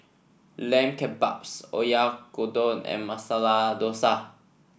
Lamb Kebabs Oyakodon and Masala Dosa